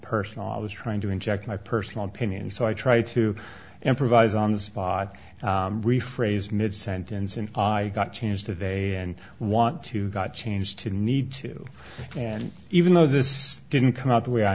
personal i was trying to inject my personal opinion so i try to improvise on the spot rephrase mid sentence and i got change today and want to got change to need to and even though the didn't come out the way i